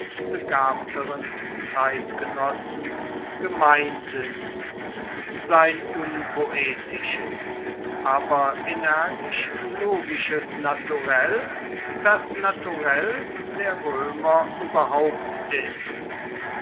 begabteren zeitgenossen gemein sind sein unpoetisches aber energisch logisches naturell das naturell der römer überhaupt ist